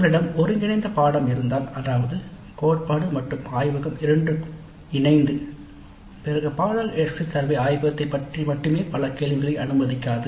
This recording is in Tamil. உங்களிடம் ஒருங்கிணைந்த பாடநெறி இருந்தால் அதாவது கோட்பாடு மற்றும் ஆய்வகம் இரண்டும் இணைந்து பிறகு பாடநெறி எக்ஸிட் சர்வே ஆய்வகத்தைப் பற்றி மட்டுமே பல கேள்விகளை அனுமதிக்காது